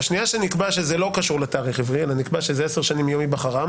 נקבע שזה לא קשור לתאריך עברי אלא נקבע שזה עשר שנים מיום היבחרם,